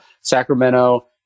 Sacramento